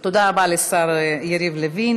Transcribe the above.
תודה רבה לשר יריב לוין.